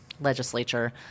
legislature